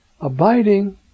Abiding